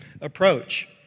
approach